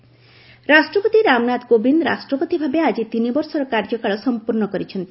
ପ୍ରେଜ୍ ରାଷ୍ଟ୍ରପତି ରାମନାଥ କୋବିନ୍ଦ ରାଷ୍ଟ୍ରପତି ଭାବେ ଆଜି ତିନିବର୍ଷର କାର୍ଯ୍ୟକାଳ ସମ୍ପର୍ଣ୍ଣ କରିଛନ୍ତି